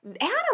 Adam